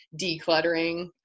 decluttering